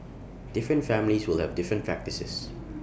different families will have different practices